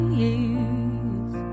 years